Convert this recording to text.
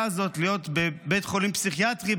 הזאת של להיות בבית חולים פסיכיאטרי,